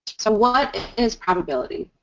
so, what is probability?